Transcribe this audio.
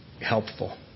helpful